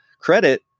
credit